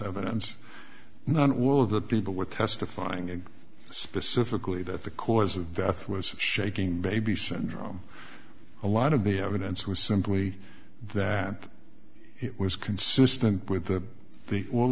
evidence not all of the people were testifying and specifically that the cause of death was shaking baby syndrome a lot of the evidence was simply that it was consistent with the all